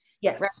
Yes